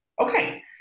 Okay